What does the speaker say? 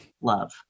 love